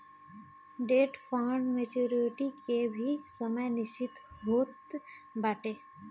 debt fund maturity के भी समय निश्चित होत बाटे